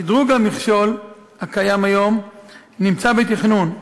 שדרוג המכשול הקיים היום נמצא בתכנון,